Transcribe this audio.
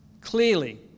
clearly